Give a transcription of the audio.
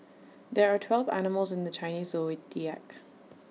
there are twelve animals in the Chinese Zodiac